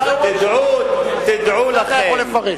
אתה יכול לפרש.